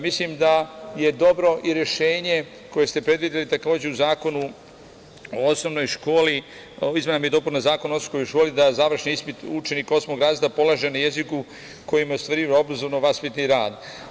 Mislim da je dobro i rešenje koje ste predvideli, takođe u Predlogu zakona o izmenama i dopunama Zakona o osnovnoj školi, da završni ispit učenik osmog razreda polaže na jeziku kojim je ostvario obrazovno-vaspitni rad.